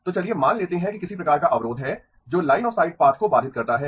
तो चलिए मान लेते हैं कि किसी प्रकार का अवरोध है जो लाइन ऑफ़ साइट पाथ को बाधित करता है